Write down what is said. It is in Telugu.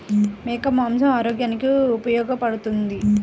మేక మాంసం ఆరోగ్యానికి ఉపయోగపడుతుందా?